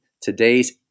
today's